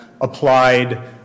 applied